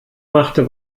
machte